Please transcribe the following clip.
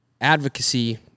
advocacy